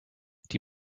die